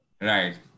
right